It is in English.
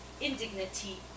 indignity